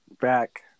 back